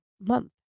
month